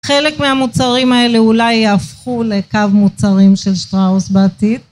חלק מהמוצרים האלה אולי יהפכו לקו מוצרים של שטראוס בעתיד.